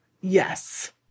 yes